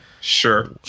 Sure